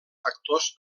factors